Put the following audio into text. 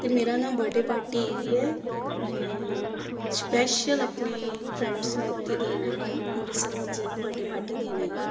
ਅਤੇ ਮੇਰਾ ਨਾ ਬਰਡੇ ਪਾਰਟੀ ਹੈਗੀ ਹੈ ਮੈਂ ਸਪੈਸ਼ਲ ਆਪਣੇ ਫਰੈਂਡਸ ਨੂੰ ਇੱਥੇ ਦੇਣ ਆਈ ਹਾਂ ਅੰਮ੍ਰਿਤਸਰ ਵਿੱਚ ਬਰਡੇ ਪਾਰਟੀ ਦੇਣ ਆਈ ਹਾਂ